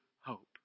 hope